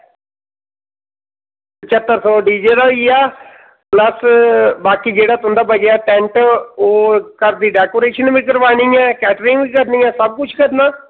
पंज्हत्तर सौ डीजे दा होई गेआ बाकी जेह्ड़ा तुं'दा बचेआ टैंट ओह् घर दी डेकोरेशन बी करोआनी ऐ कैटरिंग बी करनी ऐ सब कुछ करना